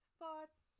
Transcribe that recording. thoughts